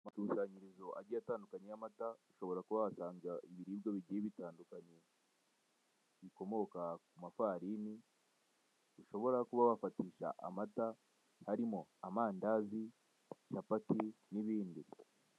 Amakusanyirizo agiye atandukanye y'amata, ushobora kuba wahasanga ibiribwa bigiye bitandukanye. Bikomoka ku mafarini, ushobora kuba wafatisha amata, harimo amandazi, capati, n'ibindi.